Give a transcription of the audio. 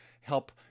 help